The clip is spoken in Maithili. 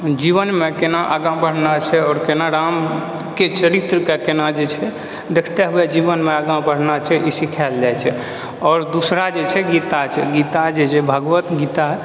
जीवनमे केना आगाँ बढना छै आओर केना रामके चरित्रके केना जे छै देखते हुए जीवनमे आगा बढ़ना छै ई सीखायल जाइ छै आओर दूसरा जे छै गीता छै गीता जे छै भागवत गीता